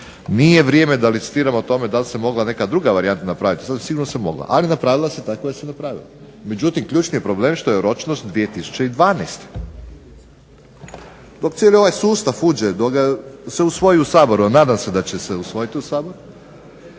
nije vrijeme da licitiram o tome da li se mogla neka druga varijanta napraviti, sasvim sigurno se mogla, ali napravila se tako da se napravila. Međutim ključni je problem što je ročnost 2012. Dok cijeli ovaj sustav uđe, dok ga se usvoji u Saboru, a nadam se da će se usvojiti u Saboru,